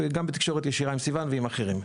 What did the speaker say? גם בתקשורת ישירה עם סיון ועם אחרים.